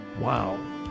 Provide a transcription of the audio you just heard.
Wow